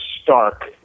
stark